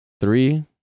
Three